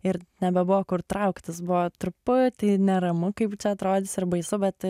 ir nebebuvo kur trauktis buvo truputį neramu kaip atrodys ir baisu bet